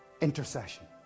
Intercession